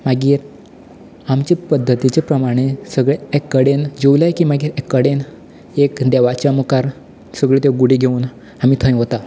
मागीर आमच्या पद्धतीच्या प्रमाणें सगले एक कडेन जेवले की मागीर एक कडेन एक देवाच्या मुखार सगल्यो त्यो गुडी घेवन आमी थंय वता